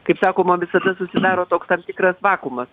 kaip sakoma visada susidaro toks tam tikras vakuumas